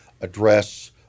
address